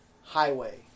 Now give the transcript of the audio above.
highway